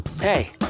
Hey